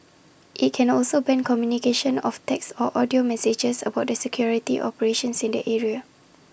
IT can also ban communication of text or audio messages about the security operations in the area